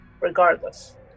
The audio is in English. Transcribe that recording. regardless